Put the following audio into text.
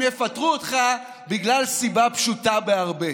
הם יפטרו אותך מסיבה פשוטה בהרבה,